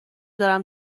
دارم